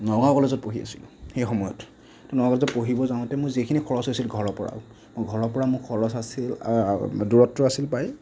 নগাঁও কলেজত পঢ়ি আছিলোঁ সেই সময়ত তো নগাঁও কলেজত পঢ়িব যাওঁতে মই যিখিনি খৰচ হৈছিল ঘৰৰ পৰা ঘৰৰ পৰা মোৰ ঘৰৰ পৰা খৰচ আছিল মানে দূৰত্ব আছিল প্ৰায়